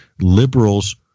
liberals